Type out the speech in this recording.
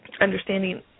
understanding